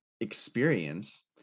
experience